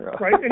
Right